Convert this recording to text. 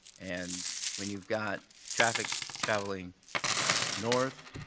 and when you've got traffic traveling north,